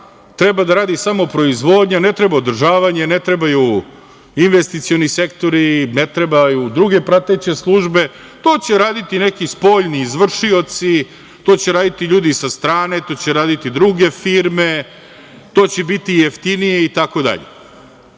treba da radi samo proizvodnja, ne treba održavanje, ne trebaju investicioni sektori, ne trebaju druge prateće službe, to će raditi neki spoljni izvršioci, to će raditi ljudi sa strane, to će raditi druge firme, to će biti jeftinije itd.